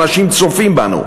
אנשים צופים בנו,